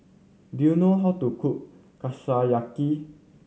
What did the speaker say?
do you know how to cook Kushiyaki